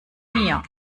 mir